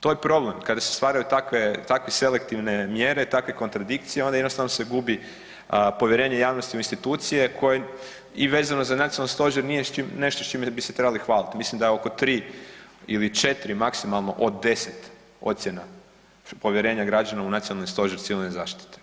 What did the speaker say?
To je problem kada se stvaraju takve, takve selektivne mjere, takve kontradikcije onda jednostavno se gubi povjerenje javnosti u institucije koje i vezano za nacionalni stožer nije nešto s čime bi se trebali hvaliti, mislim da je oko 3 ili 4 maksimalno od 10 ocjena povjerenja građana u Nacionalni stožer civilne zaštite.